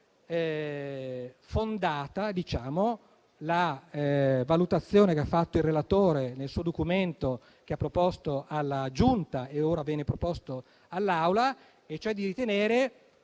fondata la valutazione che ha fatto il relatore nel documento che ha proposto alla Giunta e ora viene proposto all'Aula. In termini